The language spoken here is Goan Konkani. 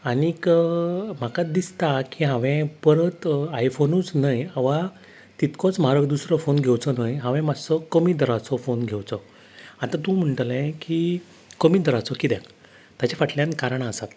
आनीक म्हाका दिसता की हांवें परत आयफोनूच न्हय वा तितकोच म्हारग दुसरो फोन घेवचो न्हय हांवें मातसो कमी दराचो फोन घेवचो आतां तूं म्हणटाले की कमी दराचो कित्याक तेचे फाटल्यान कारणां आसात